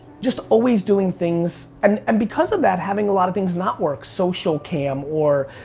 just always doing things, and, and because of that, having a lot of things not work. social cam, or,